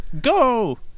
Go